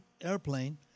airplane